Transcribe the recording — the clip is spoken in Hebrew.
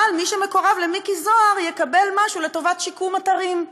אבל מי שמקורב למיקי זוהר יקבל משהו לטובת שיקום אתרים.